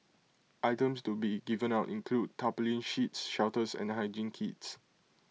items to be given out include tarpaulin sheets shelters and hygiene kits